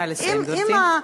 נא לסיים, גברתי.